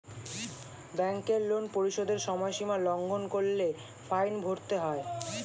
ব্যাংকের লোন পরিশোধের সময়সীমা লঙ্ঘন করলে ফাইন ভরতে হয়